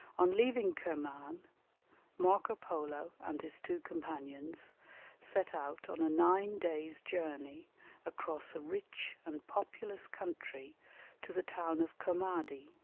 on leaving kirman marco polo and his two companions set out on a nine days' journey across a rich and populous country to the town of comadi,